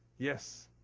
yes.